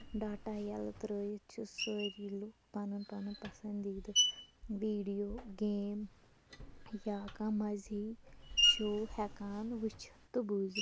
data ییٚلہٕ ترٲوِتھ چھِ سٲری لُکھ پَنُن پَنُن پَسندیٖدٕ ویٖڈیو گیم یا کانہہ مَزی شو ہٮ۪کان وٕچھِتھ تہٕ بوٗزِتھ